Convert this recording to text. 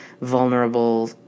vulnerable